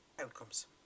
outcomes